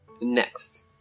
Next